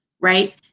right